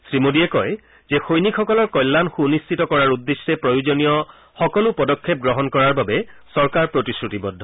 শ্ৰীমোদীয়ে কয় যে সৈনিকসকলৰ কল্যাণ সুনিশ্চিত কৰাৰ উদ্দেশ্যে প্ৰয়োজনীয় সকলো পদক্ষেপ লোৱাৰ বাবে চৰকাৰ প্ৰতিশ্ৰতিবদ্ধ